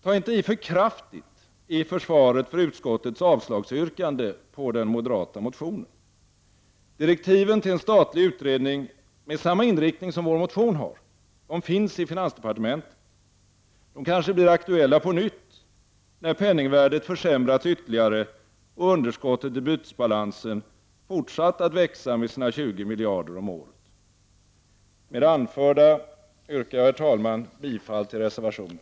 Ta inte i för kraftigt i försvaret för utskottets avslagsyrkande på den moderata motionen! Direktiven till en statlig utredning med samma inriktning finns i finansdepartementet, och de kanske blir aktuella på nytt, när penningvärdet försämrats ytterligare och underskottet i bytesbalansen fortsatt att växa med sina 20 miljarder per år. Med det anförda yrkar jag bifall till reservationen.